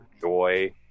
Joy